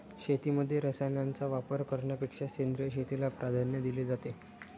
शेतीमध्ये रसायनांचा वापर करण्यापेक्षा सेंद्रिय शेतीला प्राधान्य दिले जाते